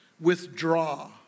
withdraw